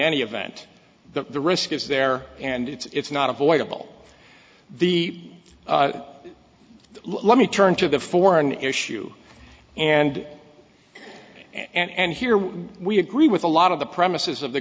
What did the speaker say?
any event the risk is there and it's not avoidable the let me turn to the foreign issue and and here we agree with a lot of the premises of the